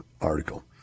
article